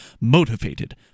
motivated